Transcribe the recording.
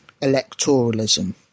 electoralism